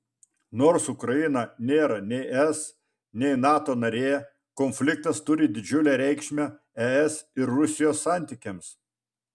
nors ukraina nėra nei es nei nato narė konfliktas turi didžiulę reikšmę es ir rusijos santykiams